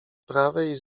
prawej